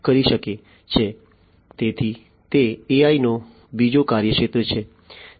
તેથી તે AI નો બીજો કાર્યક્ષેત્ર છે